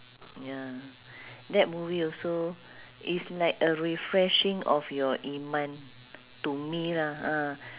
ya that movie also is like a refreshing of your iman to me lah ah